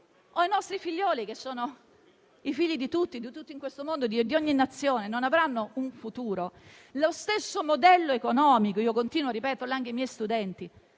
o i nostri figlioli, che sono i figli di tutti in questo mondo, di ogni Nazione, non avranno un futuro. Lo stesso vale per il modello economico che, come continuo a ripetere anche ai miei studenti,